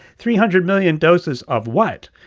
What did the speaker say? three hundred million doses of what?